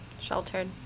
sheltered